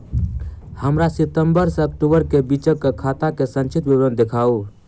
हमरा सितम्बर सँ अक्टूबर केँ बीचक खाता केँ संक्षिप्त विवरण देखाऊ?